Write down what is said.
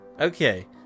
Okay